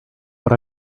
what